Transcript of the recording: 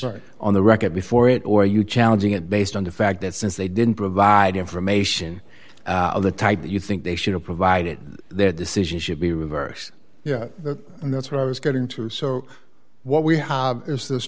or on the record before it or you challenging it based on the fact that since they didn't provide information of the type that you think they should have provided their decision should be reversed yeah and that's what i was getting too so what we have is this